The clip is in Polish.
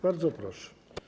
Bardzo proszę.